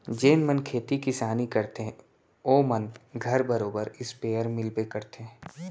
जेन मन खेती किसानी करथे ओ मन घर बरोबर इस्पेयर मिलबे करथे